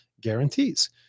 guarantees